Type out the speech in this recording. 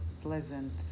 pleasant